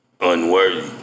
unworthy